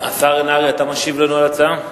השר נהרי, אתה משיב לנו על ההצעה?